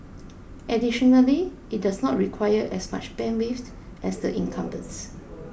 additionally it does not require as much bandwidth as the incumbents